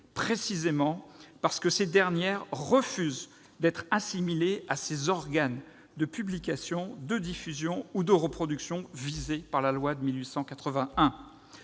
Précisément parce que ces dernières refusent d'être assimilées à ces organes de publication, de diffusion ou de reproduction visés par la loi précitée.